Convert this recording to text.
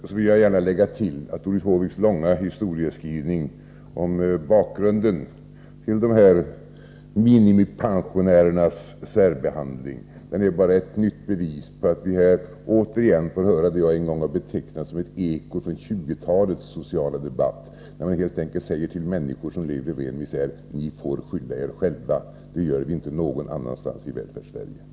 Jag vill gärna tillägga att Doris Håviks långa historieskrivning om bakgrunden till minimipensionärernas särbehandling bara är en återupprepning av det som jag en gång har betecknat som eko från 1920-talets sociala debatt. Man säger helt enkelt till människor som lever i ren misär: Ni får skylla er själva. Det gör vi inte någon annanstans i Välfärdssverige.